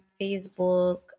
Facebook